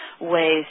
ways